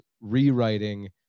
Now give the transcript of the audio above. rewriting